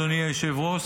אדוני היושב-ראש,